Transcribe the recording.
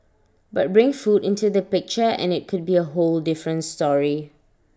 but bring food into the picture and IT could be A whole different story